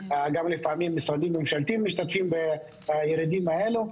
ולפעמים גם משרדים ממשלתיים משתתפי בירידים הללו.